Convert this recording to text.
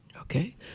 Okay